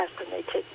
estimated